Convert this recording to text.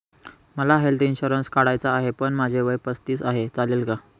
मला health insurance काढायचा आहे पण माझे वय पस्तीस आहे, चालेल का?